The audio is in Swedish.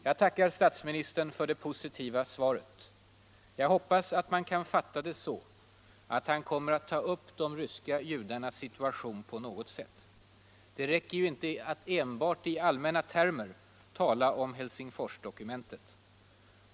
Jag tackar statsministern för det positiva svaret. Jag hoppas att man kan fatta det så att han kommer att ta upp de ryska judarnas situation på något sätt. Det räcker ju inte att enbart i allmänna termer tala om Helsingforsdokumentet.